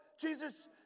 Jesus